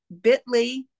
bit.ly